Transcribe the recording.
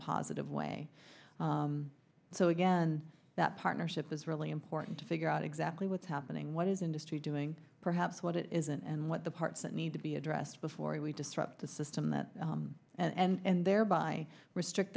positive way so again that partnership is really important to figure out exactly what's happening what is industry doing perhaps what it is and what the parts that need to be addressed before we disrupt the system that and thereby restrict